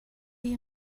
you